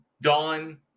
Dawn